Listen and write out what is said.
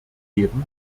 gegeben